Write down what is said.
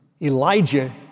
Elijah